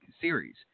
series